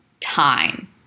time